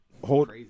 hold